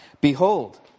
Behold